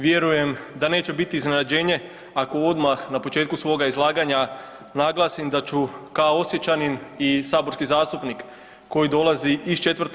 Vjerujem da neće biti iznenađenje ako odmah na početku svoga izlaganja naglasim da ću kao Osječanin i saborski zastupnik koji dolazi iz IV.